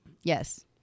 Yes